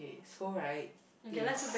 so right if